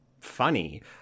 funny